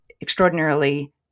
extraordinarily